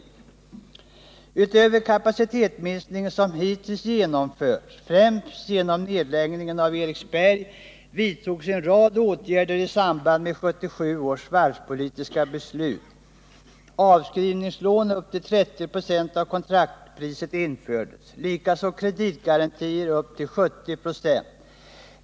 Förutom den kapacitetsminskning som hittills genomförts, främst genom nedläggningen av Eriksberg, vidtogs en rad åtgärder i samband med 1977 års varvspolitiska beslut. Avskrivningslån upp till 30 96 av kontraktspriset infördes, likaså kreditgarantier upp till 70 96.